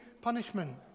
punishment